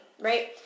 Right